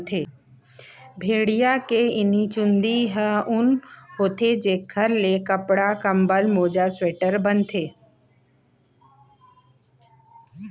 भेड़िया के इहीं चूंदी ह ऊन होथे जेखर ले कपड़ा, कंबल, मोजा, स्वेटर बनथे